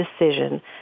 decision